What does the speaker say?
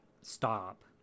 stop